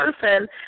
person